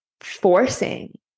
forcing